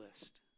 list